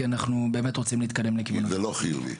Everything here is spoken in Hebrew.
כי אנחנו רוצים להתקדם לכיוון --- זה לא חיוני.